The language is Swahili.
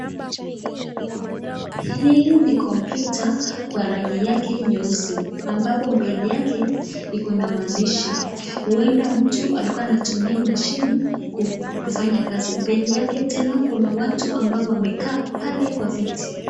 Hii ni kompyuta kwa rangi yake nyeusi, ambapo mbele yake iko na maandishi, huenda mtu alikuwa anatumia hii mashini kufanya kazi. Mbele yake tena kuna watu ambao wamekaa pale kwa viti.